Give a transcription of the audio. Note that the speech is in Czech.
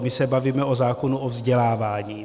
My se bavíme o zákonu o vzdělávání.